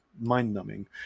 mind-numbing